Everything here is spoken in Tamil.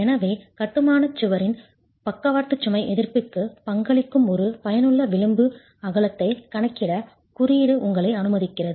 எனவே கட்டுமான சுவரின் பக்கவாட்டு சுமை எதிர்ப்பிற்கு பங்களிக்கும் ஒரு பயனுள்ள விளிம்பு அகலத்தைக் கணக்கிட குறியீடு உங்களை அனுமதிக்கிறது